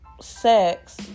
sex